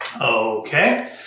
Okay